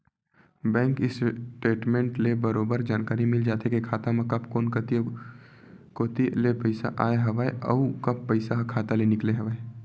bank statement ले बरोबर जानकारी मिल जाथे के खाता म कब कोन कोती ले पइसा आय हवय अउ कब पइसा ह खाता ले निकले हवय